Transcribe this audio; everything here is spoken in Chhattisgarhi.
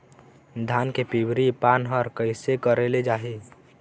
धान के पिवरी पान हर कइसे करेले जाही?